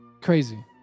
Crazy